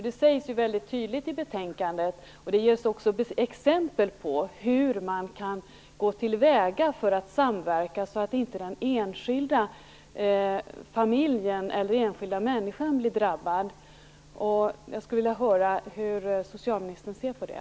Det sägs väldigt tydligt i betänkandet, och det ges också exempel på, hur man kan gå till väga för att samverka så att den enskilda familjen eller den enskilda människan inte drabbas. Hur ser socialministern på det?